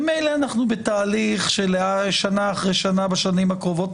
ממילא אנחנו בתהליך של שנה אחרי שנה בשנים הקרובות,